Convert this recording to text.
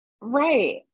Right